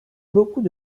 beaucoup